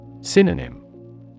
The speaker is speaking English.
Synonym